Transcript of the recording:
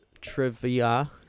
trivia